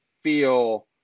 feel